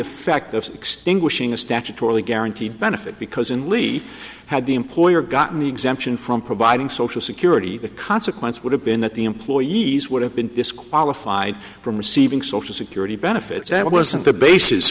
effect of extinguishing a statutorily guaranteed benefit because in levy had the employer gotten the exemption from providing social security the consequence would have been that the employees would have been disqualified from receiving social security benefits that wasn't the basis